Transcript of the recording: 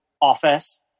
office